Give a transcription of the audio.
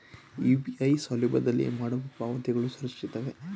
UPI ಸೌಲಭ್ಯದಲ್ಲಿ ಮಾಡುವ ಪಾವತಿಗಳು ಸುರಕ್ಷಿತವೇ?